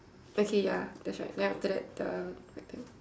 okay ya that's right then after that the rectangle